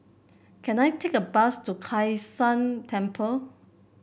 can I take a bus to Kai San Temple